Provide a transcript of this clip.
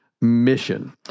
mission